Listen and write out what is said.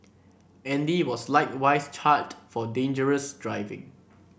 Andy was likewise charged for dangerous driving